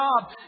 job